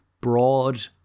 broad